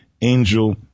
Angel